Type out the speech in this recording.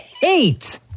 hate